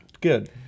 good